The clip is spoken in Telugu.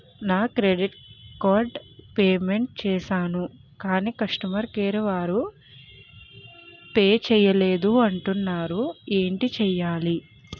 నా క్రెడిట్ కార్డ్ పే మెంట్ చేసాను కాని కస్టమర్ కేర్ వారు పే చేయలేదు అంటున్నారు ఏంటి చేయాలి?